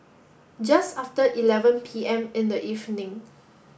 just after eleven P M in the evening